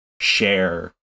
share